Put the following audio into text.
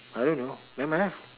I don't know never mind lah